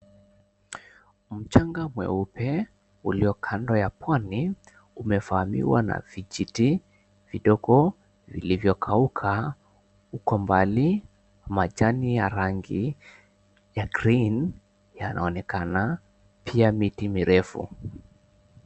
Mchanga mweupe ulio kando ya pwani umevamiwa na vijiti vidogo vilivyokauka. Huko mbali, majani ya rangi ya green yanaonekana, pia miti mirefu.